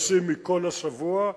מותשים מכל השבוע,